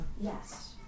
Yes